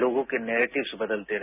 लोगों के नैरेटिव्स बदलते रहे